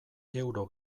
euro